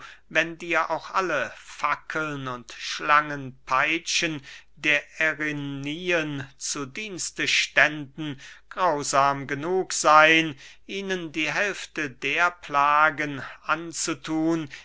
wenn dir auch alle fackeln und schlangenpeitschen der erinnyen zu dienste ständen grausam genug seyn ihnen die hälfte der plagen anzuthun